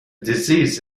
disease